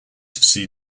see